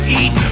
eat